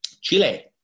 Chile